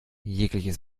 jegliches